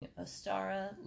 Astara